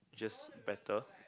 just better